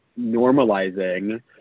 normalizing